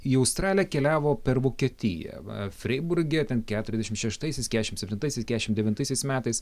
į australiją keliavo per vokietiją va freiburge ten keturiasdešimt šeštaisiais kedešimt septintaisiais kedešimt devintaisiais metais